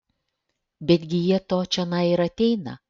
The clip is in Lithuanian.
betgi jie to čionai ir ateina